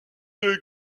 des